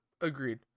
agreed